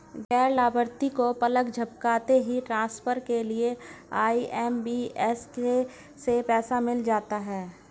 गैर लाभार्थी को पलक झपकते ही ट्रांसफर के लिए आई.एम.पी.एस से पैसा मिल जाता है